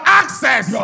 access